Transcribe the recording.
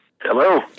Hello